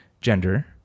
gender